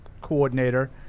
coordinator